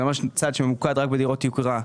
זהו צעד שממוקד רק בדירות יוקרה,